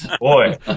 Boy